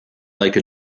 like